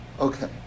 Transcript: Okay